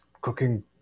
cooking